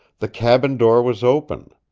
the cabin door was open.